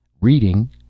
Reading